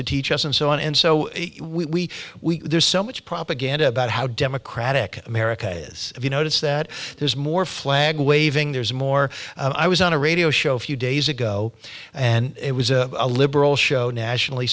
to teach us and so on and so we we there's so much propaganda about how democratic america is if you notice that there's more flag waving there's more i was on a radio show a few days ago and it was a liberal show nationally